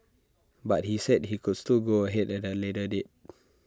but he said he coulds still go ahead at A later date